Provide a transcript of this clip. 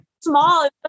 small